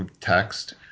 text